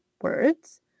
words